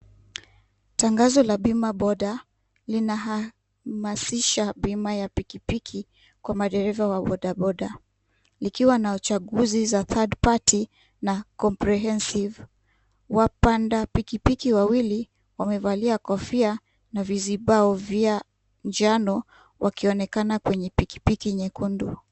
Tangazo la bima boda lina hamasisha bima ya pikipiki kwa madereva wa bodaboda , likiwa na uchaguzi za third party na comprehensive , wapanda pikipiki wawili wamevalia kofia na vizibao vya njano wakionekana kwenye pikipiki nyekundu.